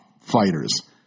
fighters